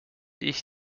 ich